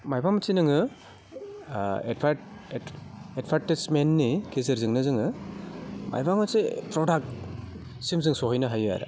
माबा मोनसे नोङो एडभार्टेजमेन्टनि गेजेरजोंनो जोङो माबा मोनसे प्रडाक्टसिम जों सहैनो हायो आरो